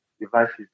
devices